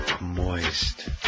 Moist